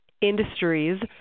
industries